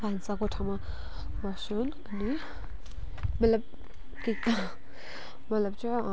भान्साकोठामा बस्छन् अनि मतलब मतलब चाहिँ